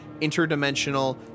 interdimensional